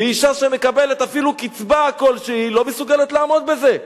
ואשה שמקבלת אפילו קצבה כלשהי לא מסוגלת לעמוד בזה.